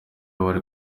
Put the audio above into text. wari